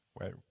wait